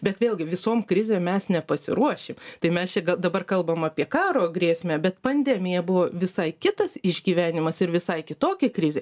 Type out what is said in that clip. bet vėlgi visom krizėm mes nepasiruoši tai mes čia dabar kalbam apie karo grėsmę bet pandemija buvo visai kitas išgyvenimas ir visai kitokia krizė